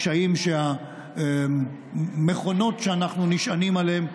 קשיים שהמכונות שאנחנו נשענים עליהן גרמו,